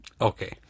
Okay